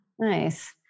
Nice